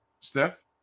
Steph